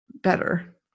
better